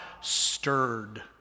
stirred